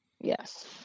Yes